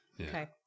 Okay